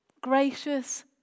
Gracious